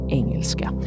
engelska